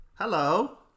Hello